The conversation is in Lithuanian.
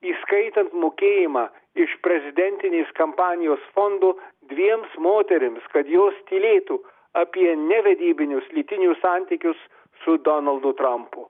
įskaitant mokėjimą iš prezidentinės kampanijos fondo dviems moterims kad jos tylėtų apie nevedybinius lytinius santykius su donaldu trampu